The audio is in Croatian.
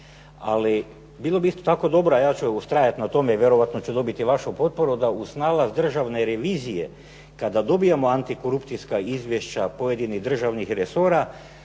Ali, bilo bi isto tako dobro, a ja ću ustrajati na tome i vjerojatno ću dobiti vašu potporu da uz nalaz Državne revizije kada dobijamo antikorupcijska izvješća pojedinih državnih resora